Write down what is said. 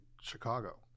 Chicago